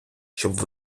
щоб